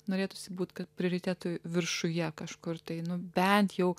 norėtųsi būti kad prioritetų viršuje kažkur tai bent jau